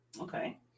Okay